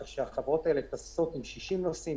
כך שהחברות האלה טסות עם 60 נוסעים,